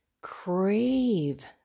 crave